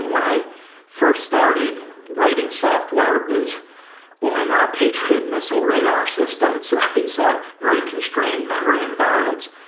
when i first started writing software, it was when ah patriot missile radar systems, right? so very constrained memory environments.